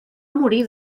morir